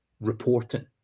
reporting